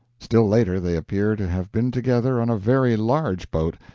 still later, they appear to have been together on a very large boat,